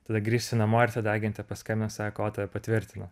tada grįžti namo ir tada agentė paskambina sako o tave patvirtino